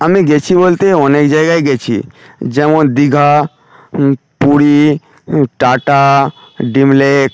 আমি গিয়েছি বলতে অনেক জায়গায় গিয়েছি যেমন দীঘা পুরী টাটা